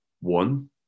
one